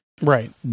Right